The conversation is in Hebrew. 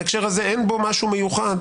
בהקשר הזה אין בו משהו מיוחד,